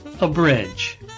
Abridge